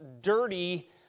dirty